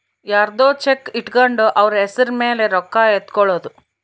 ಯರ್ದೊ ಚೆಕ್ ಇಟ್ಕೊಂಡು ಅವ್ರ ಹೆಸ್ರ್ ಮೇಲೆ ರೊಕ್ಕ ಎತ್ಕೊಳೋದು